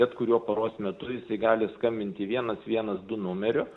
bet kuriuo paros metu jisai gali skambinti vienas vienas du numeriu